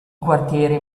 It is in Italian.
quartieri